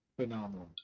phenomenal